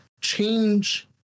change